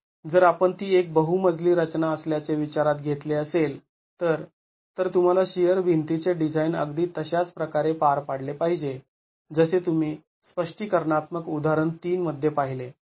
आणि जर आपण ती एक बहुमजली रचना असल्याचे विचारात घेतले असेल तर तर तुम्हाला शिअर भिंतीचे डिझाईन अगदी तशाच प्रकारे पार पाडले पाहिजे जसे तुम्ही स्पष्टीकरणात्मक उदाहरण ३ मध्ये पाहिले